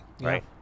right